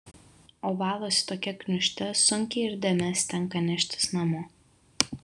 o valosi tokia gniūžtė sunkiai ir dėmes tenka neštis namo